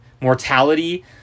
mortality